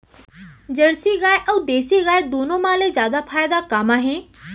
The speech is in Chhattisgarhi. जरसी गाय अऊ देसी गाय दूनो मा ले जादा फायदा का मा हे?